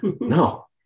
no